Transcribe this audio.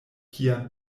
kian